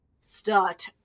Start